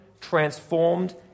transformed